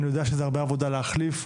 אני יודע שזה הרבה עבודה להחליף,